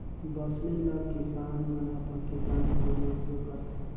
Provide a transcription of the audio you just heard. बउसली ल किसान मन अपन किसानी काम मे उपियोग करथे